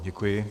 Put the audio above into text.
Děkuji.